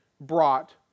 brought